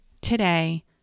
today